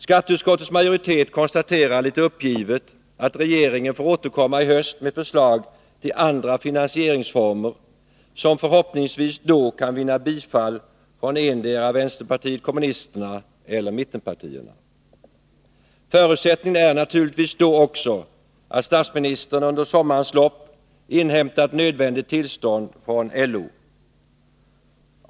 Skatteutskottets majoritet konstaterar litet uppgivet att regeringen får återkomma i höst med förslag till andra finansieringsformer, som förhoppningsvis då kan vinna bifall från endera vänsterpartiet kommunisterna eller mittenpartierna. Förutsättningen är naturligtvis då också att statsministern under sommarens lopp inhämtat nödvändigt tillstånd från LO.